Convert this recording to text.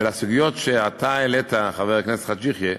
לסוגיות שאתה העלית, חבר הכנסת חאג' יחיא,